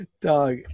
dog